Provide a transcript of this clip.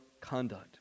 conduct